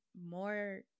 more